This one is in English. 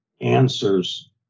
answers